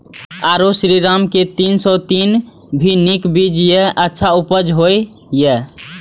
आरो श्रीराम के तीन सौ तीन भी नीक बीज ये अच्छा उपज होय इय?